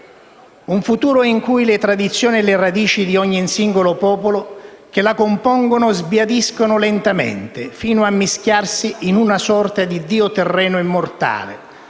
un futuro in cui le tradizioni e le radici di ogni singolo popolo che la compongono sbiadiscono lentamente, fino a mischiarsi in una sorta di dio terreno e mortale,